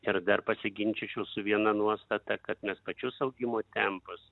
ir dar pasiginčyčiau su viena nuostata kad mes pačius augimo tempus